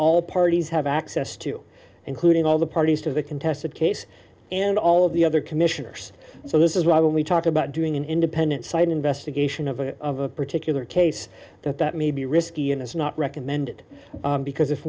all parties have access to including all the parties to the contested case and all of the other commissioners so this is why when we talk about doing an independent side investigation of a of a particular case that that may be risky and it's not recommended because if